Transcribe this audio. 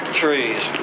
trees